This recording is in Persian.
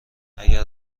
اگر